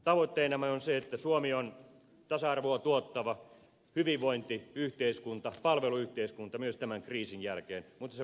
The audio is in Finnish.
tavoitteenamme on se että suomi on tasa arvoa tuottava hyvinvointiyhteiskunta palveluyhteiskunta myös tämän kriisin jälkeen mutta se